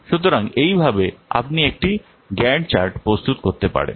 সুতরাং এইভাবে আপনি গ্যান্ট চার্ট প্রস্তুত করতে পারেন